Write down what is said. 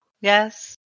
Yes